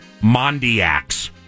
Mondiacs